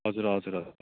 हजुर हजुर हजुर